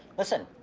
listen,